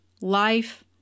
life